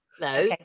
No